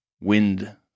wind